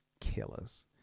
killers